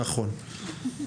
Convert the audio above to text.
נכון.